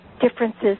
differences